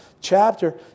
chapter